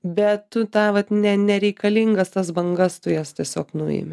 bet tu tą vat ne nereikalingas tas bangas tu jas tiesiog nuimi